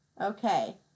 Okay